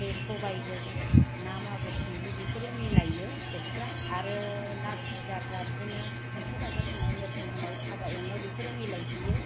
सबाइजों ना मागुर सिंगि बेफोरो मिलायो एकस्रा आरो ना खुसियाफ्रा बिदिनो अनथाइ बाजाब होनाय नोरसिं होनाय फाजा एउनाय बेफोरो मिलायहैयो